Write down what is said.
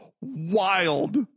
Wild